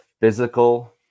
physical